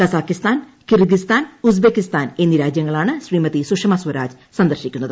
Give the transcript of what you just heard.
Kazakhstan Kyrgyzstan Uzbekistan എന്നീ രാജ്യങ്ങളാണ് Shrimati Sushma Swaraj സന്ദർശിക്കുന്നത്